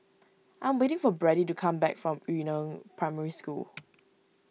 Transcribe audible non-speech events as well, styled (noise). I am waiting for Brady to come back from Yu Neng Primary School (noise)